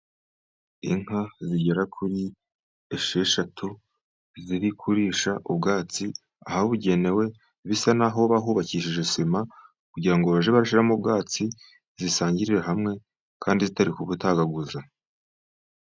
Inka zigera kuri esheshatu ziri kurisha ubwatsi ahabugenewe, bisa nk'aho bahubakishije sima, kugira ngo bajye bashyiramo ubwatsi, zisangirire hamwe kandi zitari kubutagaguza.